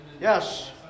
Yes